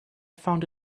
found